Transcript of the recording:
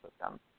system